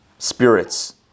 Spirits